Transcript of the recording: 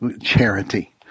Charity